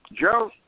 Joe